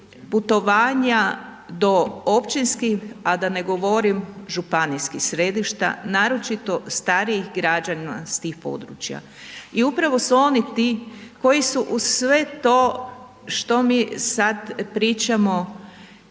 putovanja do općinskih, a ne govorim županijskih središta, naročito starijih građana s tih područja i upravo su oni ti koji su uz sve to što mi sad pričamo,